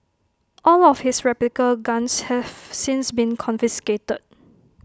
all of his replica guns have since been confiscated